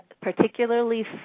particularly